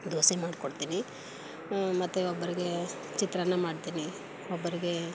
ದೋಸೆ ಮಾಡ್ಕೊಡ್ತೀನಿ ಮತ್ತು ಒಬ್ಬರಿಗೆ ಚಿತ್ರಾನ್ನ ಮಾಡ್ತೀನಿ ಒಬ್ಬರಿಗೆ